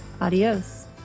adios